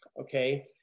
Okay